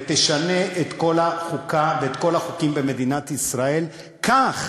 ותשנה את כל החוקה ואת כל החוקים במדינת ישראל כך